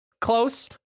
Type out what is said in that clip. close